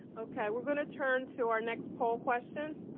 okay. we're going to turn to our next poll question,